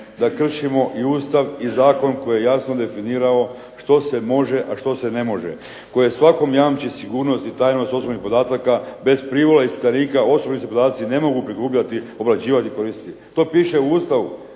da kršimo Ustav i zakon koji je jasno definirao što se može a što se ne može, koje svakom jamči sigurnost i tajnost osobnih podataka bez privole ... Osobni se podaci ne mogu prikupljati, obrađivati i koristiti". To piše u Ustavu